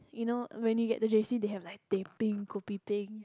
you know when you get to J_C they have like teh peng kopi peng